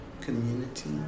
community